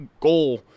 goal